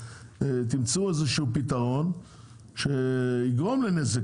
תמצאו איזשהו פתרון שיגרום לנזק,